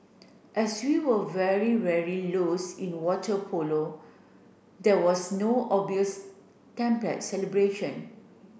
as we were very rarely lose in water polo there was no obvious template celebration